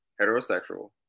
heterosexual